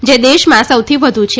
જે દેશમાં સૌથી વધુ છે